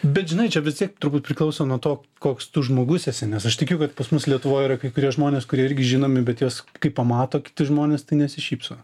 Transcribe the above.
bet žinai čia vis tiek turbūt priklauso nuo to koks tu žmogus esi nes aš tikiu kad pas mus lietuvoj yra kai kurie žmonės kurie irgi žinomi bet juos kai pamato kiti žmonės tai nesišypso